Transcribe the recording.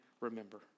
remember